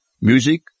music